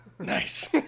Nice